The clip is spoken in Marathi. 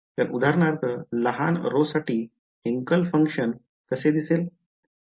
तर उदाहरणार्थ लहान ρ साठी हेंकल फंक्शन कसे दिसेल